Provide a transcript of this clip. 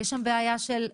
יש שם בעיה של כבישים,